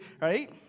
right